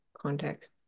context